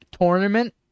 tournament